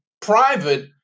private